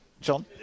John